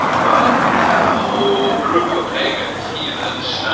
well, you had a whole group of pagans, heathens,